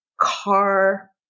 car